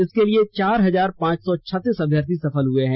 इसके लिए चार हजार पांच सौ छत्तीस अभ्यर्थी सफल हुए हैं